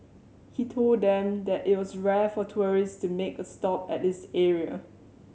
he told them that it was rare for tourists to make a stop at this area